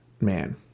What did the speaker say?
man